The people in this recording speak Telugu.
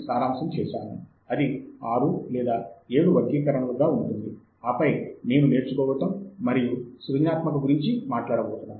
తదుపరి ఇరవై నిమిషాలు వివిధ రకాలైన సాహిత్య మూలముల గురించి వివరిస్తాను